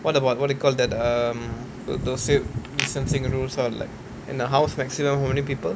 what about what you call that um the dist~ distancing rules are like in the house maximum many people